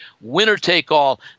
winner-take-all